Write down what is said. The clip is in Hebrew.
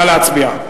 נא להצביע.